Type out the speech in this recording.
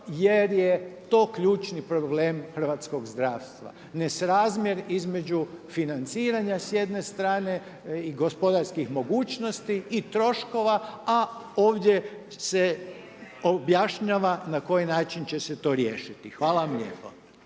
Jer je to ključni problem hrvatskog zdravstva nesrazmjer između financiranja s jedne strane i gospodarskih mogućnosti i troškova a ovdje se objašnjava na koji način će se to riješiti. Hvala vam lijepo.